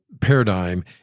paradigm